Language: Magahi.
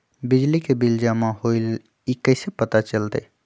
बिजली के बिल जमा होईल ई कैसे पता चलतै?